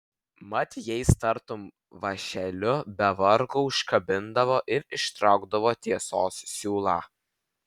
mat jais tartum vąšeliu be vargo užkabindavo ir ištraukdavo tiesos siūlą